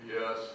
Yes